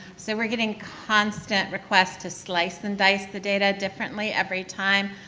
so we are getting constant request to slice and dice the data differently every time.